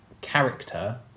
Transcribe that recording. character